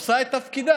עושה את תפקידה,